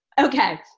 Okay